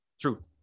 True